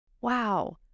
Wow